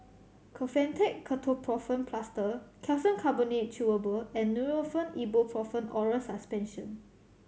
Kefentech Ketoprofen Plaster Calcium Carbonate Chewable and Nurofen Ibuprofen Oral Suspension